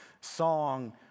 song